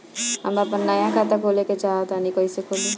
हम आपन नया खाता खोले के चाह तानि कइसे खुलि?